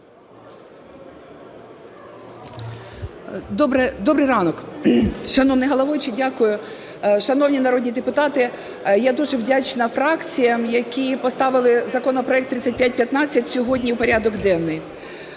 Добрий ранок, шановний головуючий! Дякую, шановні народні депутати. Я дуже вдячна фракціям, які поставили законопроект 3515 сьогодні у порядок денний.